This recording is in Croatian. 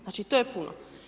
Znači to je puno.